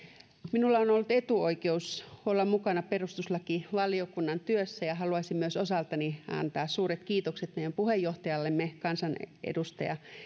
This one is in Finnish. minulla on on ollut etuoikeus olla mukana perustuslakivaliokunnan työssä ja haluaisin myös osaltani antaa suuret kiitokset meidän puheenjohtajallemme kansanedustaja